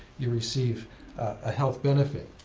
you receive a health benefit.